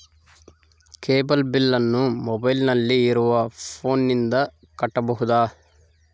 Cable ಬಿಲ್ಲನ್ನು ಮೊಬೈಲಿನಲ್ಲಿ ಇರುವ ಫೋನ್ ಪೇನಿಂದ ಕಟ್ಟಬಹುದಾ?